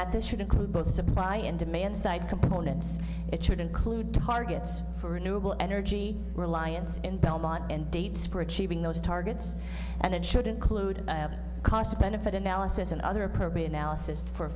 that this should include both supply and demand side components it should include targets for renewal energy reliance in belmont and dates for achieving those targets and it should include a cost benefit analysis and other appropriate analysis for